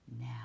now